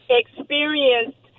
experienced